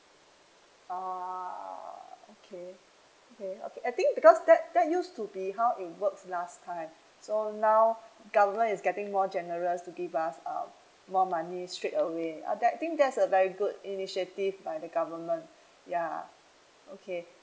oh okay okay okay I think because that that used to be how it works last time so now government is getting more generous to give us um more money straight away uh that I think that's a very good initiative by the government ya okay